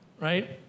Right